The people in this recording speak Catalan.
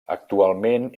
actualment